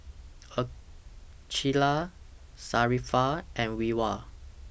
Aqilah Sharifah and Wira